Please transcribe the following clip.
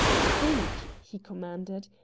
think! he commanded.